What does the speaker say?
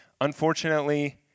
Unfortunately